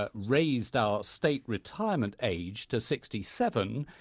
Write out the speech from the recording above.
ah raised our state retirement age to sixty seven.